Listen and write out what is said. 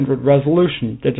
resolution